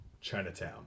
Chinatown